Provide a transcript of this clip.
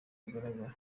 bugaragara